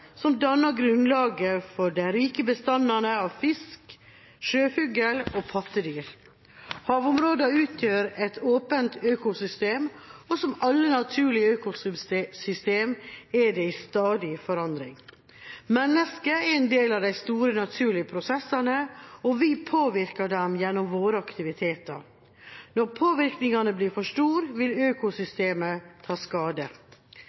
som danner grunnlaget for de rike bestandene av fisk, sjøfugl og pattedyr. Havområdet utgjør et åpent økosystem, og som alle naturlige økosystemer er det i stadig forandring. Mennesket er en del av de store naturlige prosessene, og vi påvirker dem gjennom våre aktiviteter. Når påvirkningen blir for stor, vil økosystemene ta skade.